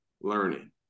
learning